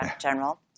General